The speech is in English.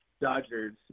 Dodgers